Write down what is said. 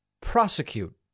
prosecute